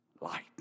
light